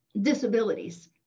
disabilities